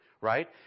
right